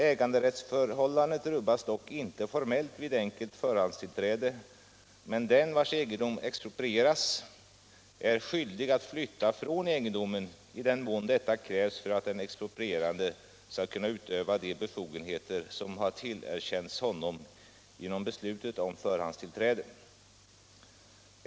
Äganderättsförhållandet rubbas inte formellt vid enkelt förhandstillträde, men den vars egendom exproprieras är skyldig att flytta från egendomen i den mån detta krävs för att den exproprierande skall kunna utöva de befogenheter som har tillerkänts honom genom beslutet om förhandstillträde.